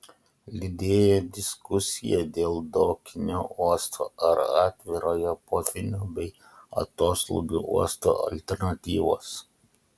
lydėjo diskusija dėl dokinio uosto ar atvirojo potvynių bei atoslūgių uosto alternatyvos